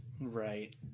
Right